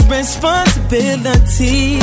responsibility